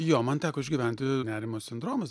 jo man teko išgyventi nerimo sindromas